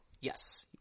Yes